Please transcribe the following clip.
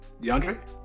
DeAndre